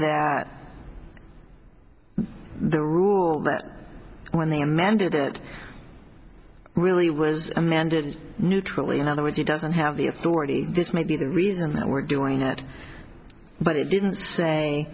that the rule that when they amended it really was amended neutrally in other words he doesn't have the authority this may be the reason that we're doing that but it didn't say